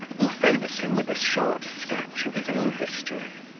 who favours him with a short sketch of his own history.